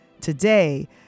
Today